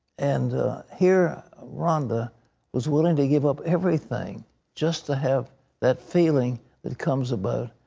and here rhonda was willing to give up everything just to have that feeling that comes about.